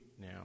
now